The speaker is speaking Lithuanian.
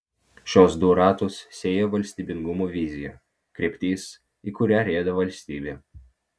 šiuos du ratus sieja valstybingumo vizija kryptis į kurią rieda valstybė